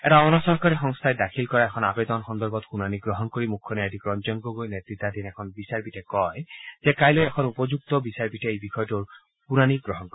এটা অনা চৰকাৰী সংস্থাই দাখিল কৰা এখন আবেদন সন্দৰ্ভত শুনানি গ্ৰহণ কৰি মুখ্য ন্যায়াধীশ ৰঞ্জন গগৈ নেতৃততাধীন এখন বিচাৰপীঠখনে কয় যে কাইলৈ এখন উপযুক্ত বিচাৰপীঠে এই বিষয়টোৰ শুনানি গ্ৰহণ কৰিব